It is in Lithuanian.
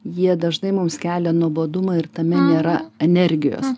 jie dažnai mums kelia nuobodumą ir tame nėra energijos